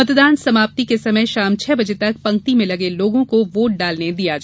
मतदान समाप्ति के समय शाम छह बजे तक पंक्ति में लगे लोगों का वोट डालने दिया जा रहा है